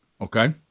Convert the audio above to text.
Okay